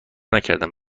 نکردم